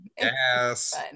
yes